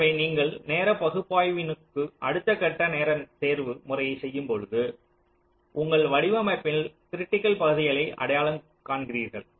எனவே நீங்கள் நேரப்பகுப்பாய்வினுக்கான அடுத்தகட்ட நேர தேர்வு முறையை செய்யும் பொழுது உங்கள் வடிவமைப்பின் கிரிட்டிக்கல் பகுதிகளை அடையாளம் காண்கிறீர்கள்